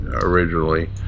originally